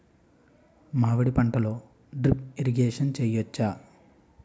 మామిడి పంటలో drip irrigation చేయచ్చా?